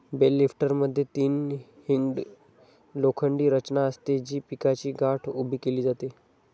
bell लिफ्टरमध्ये तीन hinged लोखंडी रचना असते, जी पिकाची गाठ उभी केली जाते